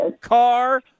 Car